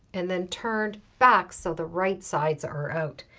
and then turned back so the right sides are out.